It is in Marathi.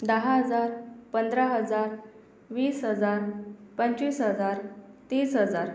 दहा हजार पंधरा हजार वीस हजार पंचवीस हजार तीस हजार